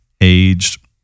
aged